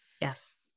yes